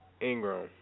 Ingram